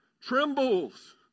trembles